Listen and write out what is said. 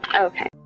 okay